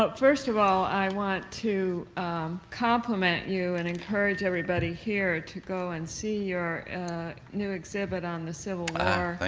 ah first of all, i want to compliment you and encourage everybody here to go and see your new exhibit on the civil